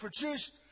produced